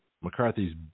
McCarthy's